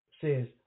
says